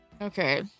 Okay